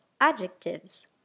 adjectives